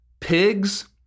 pigs